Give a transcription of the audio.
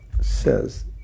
says